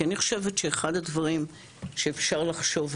כי אני חושבת שאחד הדברים שאפשר לחשוב עליהם,